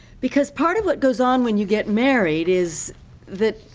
because part of what goes on when you get married is that,